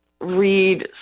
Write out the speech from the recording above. read